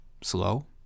slow